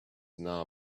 now